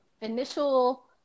initial